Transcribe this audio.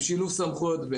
עם שילוב סמכויות,